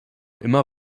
immer